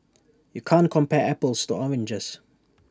you can't compare apples to oranges